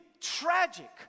Tragic